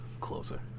closer